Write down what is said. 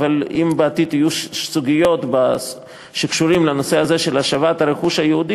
אבל אם בעתיד יהיו סוגיות שקשורות לנושא הזה של השבת רכוש יהודי,